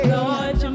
Lord